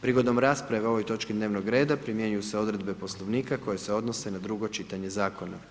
Prigodom rasprave o ovoj točki dnevnog reda primjenjuju se odredbe poslovnika koje se odnose na drugo čitanje zakona.